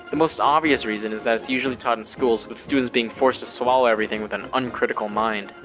the most obvious reason is that it's usually taught in schools, with students being forced to swallow everything with an uncritical mind.